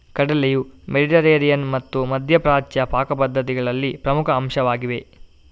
ಕಡಲೆಯು ಮೆಡಿಟರೇನಿಯನ್ ಮತ್ತು ಮಧ್ಯ ಪ್ರಾಚ್ಯ ಪಾಕ ಪದ್ಧತಿಗಳಲ್ಲಿ ಪ್ರಮುಖ ಅಂಶವಾಗಿದೆ